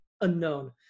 unknown